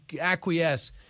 acquiesce